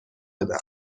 بدم